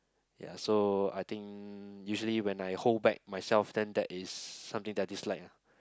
ya so I think usually when I hold back myself then that is something that I dislike ah